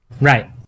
right